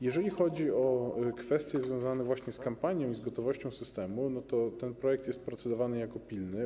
Jeżeli chodzi o kwestie związane z kampanią i z gotowością systemu, to ten projekt jest procedowany jako pilny.